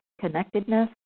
connectedness